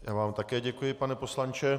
Já vám také děkuji, pane poslanče.